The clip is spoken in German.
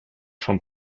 vom